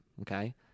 Okay